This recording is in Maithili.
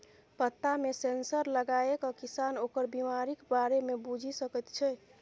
पत्तामे सेंसर लगाकए किसान ओकर बिमारीक बारे मे बुझि सकैत छै